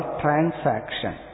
transaction